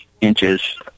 inches